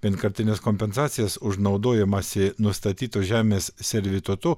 vienkartinės kompensacijos už naudojimąsi nustatytos žemės servitutu